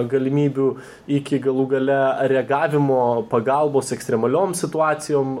galimybių iki galų gale reagavimo pagalbos ekstremaliom situacijom